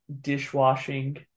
dishwashing